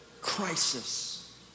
crisis